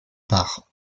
par